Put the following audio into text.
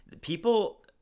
people